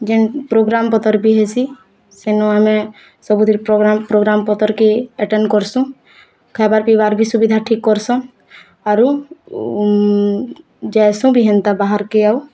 ଯେନ୍ ପ୍ରୋଗ୍ରାମ୍ ପତର୍ ବି ହେସି ସେନୁ ଆମେ ସବୁଥିର୍ ପ୍ରୋଗ୍ରାମ୍ ପ୍ରୋଗ୍ରାମ୍ ପତର୍ କେ ଆଟେନ୍ କରୁସୁଁ ଖାଇବାର୍ ପିଇବାର୍ ବି ସୁବିଧା ଠିକ୍ କରସନ୍ ଆରୁ ଯାଏସୁଁ ବି ହେନ୍ତା ବାହାର୍ କେ ଆଉ